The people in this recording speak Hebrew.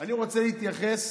אני רוצה להתייחס